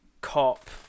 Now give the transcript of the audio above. cop